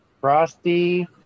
Frosty